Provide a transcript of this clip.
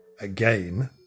again